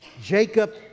Jacob